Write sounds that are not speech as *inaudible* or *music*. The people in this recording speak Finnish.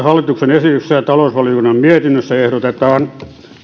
*unintelligible* hallituksen esityksessä ja talousvaliokunnan mietinnössä ehdotetaan